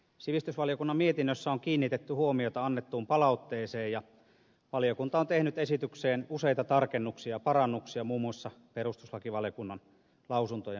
sivistysvaliokunnan mietinnössä on kiinnitetty huomiota annettuun palautteeseen ja valiokunta on tehnyt esitykseen useita tarkennuksia ja parannuksia muun muassa perustuslakivaliokunnan lausuntojen perusteella